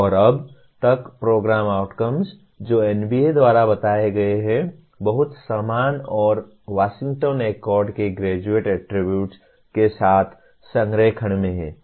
और अब तक प्रोग्राम आउटकम्स जो NBA द्वारा बताए गए हैं बहुत समान हैं और वाशिंगटन एकॉर्ड के ग्रेजुएट एट्रीब्यूट्स के साथ संरेखण में हैं